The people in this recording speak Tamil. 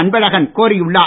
அன்பழகன் கோரியுள்ளார்